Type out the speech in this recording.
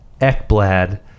Ekblad